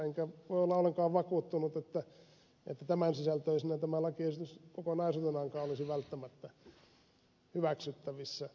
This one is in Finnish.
enkä voi olla ollenkaan vakuuttunut että tämän sisältöisenä tämä lakiesitys kokonaisuutenaankaan olisi välttämättä hyväksyttävissä